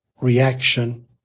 reaction